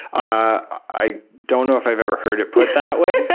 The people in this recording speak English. i don't know if i've ever heard it put that way,